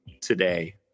today